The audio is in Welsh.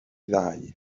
ddau